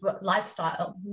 lifestyle